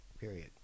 period